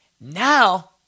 Now